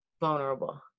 vulnerable